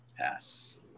pass